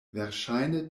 verŝajne